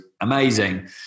Amazing